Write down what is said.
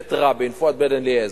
בממשלת רבין, פואד בן-אליעזר,